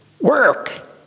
work